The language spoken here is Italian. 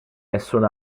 nessun